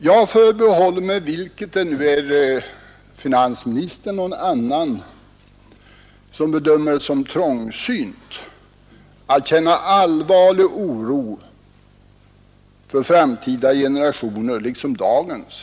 Vare sig det är finansministern eller någon annan som bedömer det som trångsynt förbehåller jag mig rätten att känna allvarlig oro för framtida generationer — liksom för dagens.